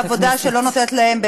שעוסקות בעבודה שלא נותנת להם,